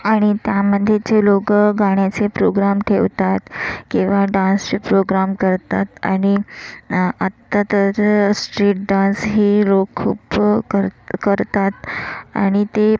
आणि त्यामध्ये जे लोकं गाण्याचे प्रोग्राम ठेवतात किंवा डान्सचे प्रोग्राम करतात आणि आता तर स्ट्रीट डान्सही लोक खूप कर करतात आणि ते